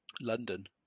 London